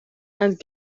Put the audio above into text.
and